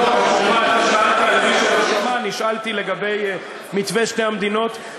למי שלא שמע, נשאלתי לגבי מתווה שתי המדינות.